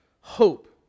hope